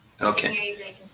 okay